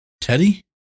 Teddy